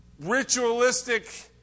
ritualistic